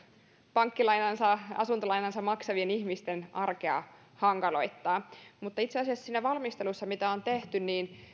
pankkilainansa asuntolainansa maksavien ihmisten arkea hankaloittaa mutta itse asiassa siinä valmistelussa mitä on tehty